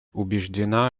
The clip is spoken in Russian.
убеждена